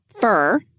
fur